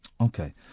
Okay